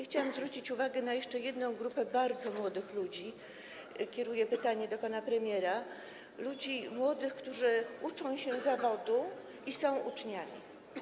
Chciałabym zwrócić uwagę na jeszcze jedną grupę bardzo młodych ludzi, kieruję pytanie do pana premiera, ludzi młodych, którzy uczą się zawodu, są uczniami.